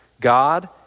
God